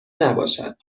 نباشد